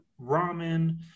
ramen